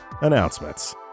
announcements